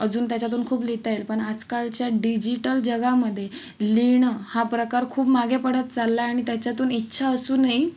अजून त्याच्यातून खूप लिहिता येईल पण आजकालच्या डिजीटल जगामध्ये लिहिणं हा प्रकार खूप मागे पडत चालला आहे आणि त्याच्यातून इच्छा असूनही